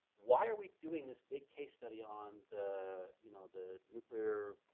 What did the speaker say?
why are we doing this big case study on the you know the nuclear